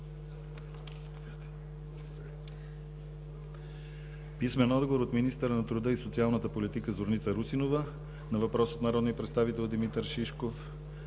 писмен отговор от министъра на труда и социалната политика Зорница Русинова на въпрос от народния представител Димитър Шишков;